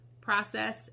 process